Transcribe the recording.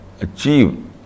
achieve